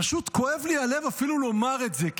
פשוט כואב לי הלב אפילו לומר את זה.